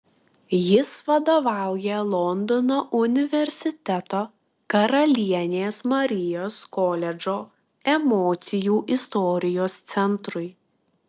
jis vadovauja londono universiteto karalienės marijos koledžo emocijų istorijos centrui